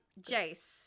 Jace